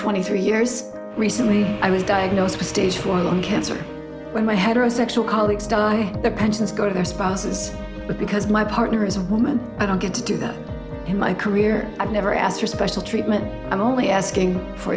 twenty three years recently i was diagnosed with stage four lung cancer when my heterosexual colleagues die the pensions go to their spouses but because my partner is a woman i don't get to do that in my career i've never asked for special treatment i'm only asking for